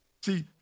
See